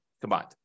combined